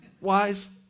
Wise